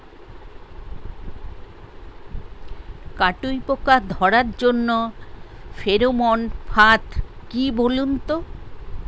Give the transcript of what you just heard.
কাটুই পোকা ধরার জন্য ফেরোমন ফাদ কি বলুন তো?